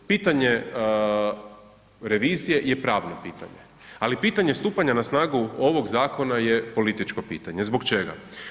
Pitanje revizije je pravno pitanje ali pitanje stupanja na snagu ovog zakona je političko pitanje, zbog čega?